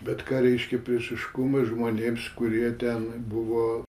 bet ką reiškia priešiškumas žmonėms kurie ten buvo